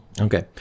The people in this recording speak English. Okay